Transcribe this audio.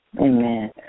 Amen